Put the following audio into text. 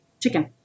chicken